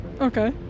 Okay